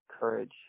courage